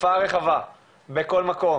תופעה רחבה בכל מקום.